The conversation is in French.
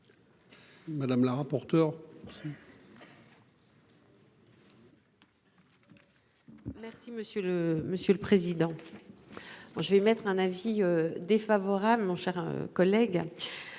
Madame la rapporteure.-- Merci monsieur le monsieur le président. Moi je vais mettre un avis défavorable, mon cher collègue.